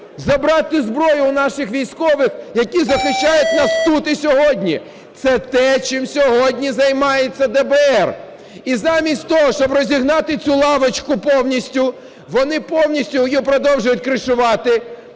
забрати зброю у наших військових, які захищають нас тут і сьогодні. Це те, чим сьогодні займається ДБР. І замість того, щоб розігнати цю лавочку повністю, вони повністю її продовжують кришувати.